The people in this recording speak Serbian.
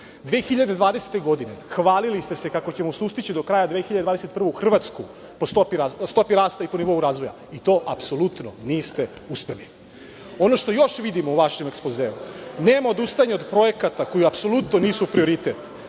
2020. hvalili ste se kako ćemo sustići do kraja 2021. godine Hrvatsku po stopi rasta i po nivou razvoja. I to apsolutno niste uspeli. Ono što još vidim u vašem ekspozeu, nema odustajanja od projekata koji apsolutno nisu prioritet.